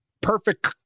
perfect